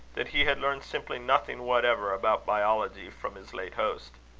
that he had learned simply nothing whatever about biology from his late host.